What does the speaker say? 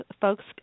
folks